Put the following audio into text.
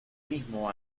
mismo